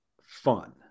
fun